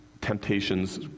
temptations